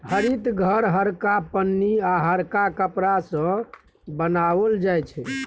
हरित घर हरका पन्नी आ हरका कपड़ा सँ बनाओल जाइ छै